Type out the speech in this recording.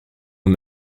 aux